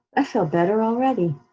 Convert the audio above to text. i feel better already.